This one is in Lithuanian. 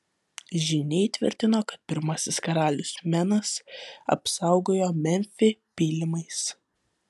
žyniai tvirtino kad pirmasis karalius menas apsaugojo memfį pylimais